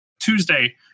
Tuesday